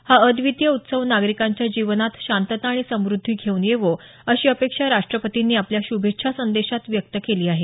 हा अद्वितीय उत्सव नागरिकांच्या जीवनात शांतता आणि समुद्धी घेऊन येवो अशी अपेक्षा राष्ट्रपतींनी आपल्या शुभेच्छा संदेशात व्यक्त केली आहे